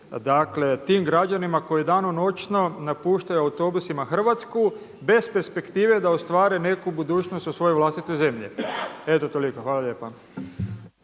dakle tim građanima koji danonoćno napuštaju autobusima Hrvatsku bez perspektive da ostvare neku budućnost u svojoj vlastitoj zemlji. Eto toliko, hvala lijepa.